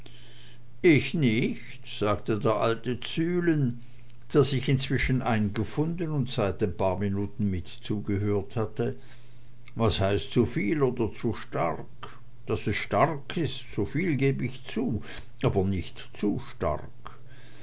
ich nicht sagte der alte zühlen der sich inzwischen eingefunden und seit ein paar minuten mit zugehört hatte was heißt zuviel oder zu stark stark ist es soviel geb ich zu aber nicht zu stark